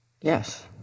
Yes